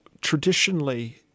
traditionally